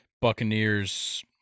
Buccaneers